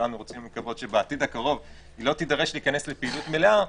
שכולנו רוצים לקוות שבעתיד הקרוב היא לא תידרש להיכנס לפעילות מלאה,